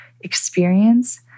experience